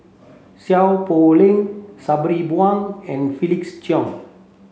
Seow Poh Leng Sabri Buang and Felix Cheong